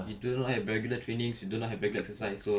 you do not have regular trainings you do not have regular exercise so